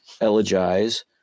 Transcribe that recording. elegize